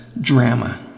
drama